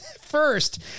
First